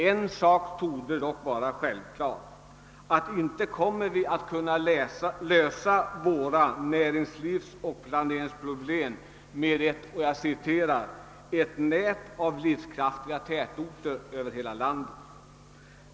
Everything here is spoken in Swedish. En sak torde dock vara självklar: Inte kommer vi att lösa våra näringslivsoch planeringsproblem med »ett nät av livskraftiga tätorter över hela landet».